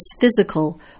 physical